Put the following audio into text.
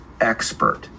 expert